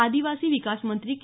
आदिवासी विकास मंत्री के